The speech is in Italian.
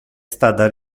stata